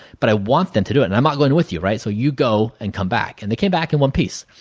but, i want them to do it and i am not going with you. right, so you go and come back and they came back in one piece,